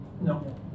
no